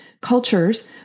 cultures